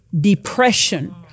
depression